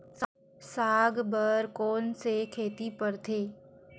साग बर कोन से खेती परथे?